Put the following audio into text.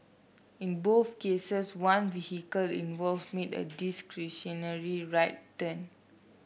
in both cases one vehicle involve made a discretionary right turn